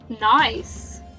Nice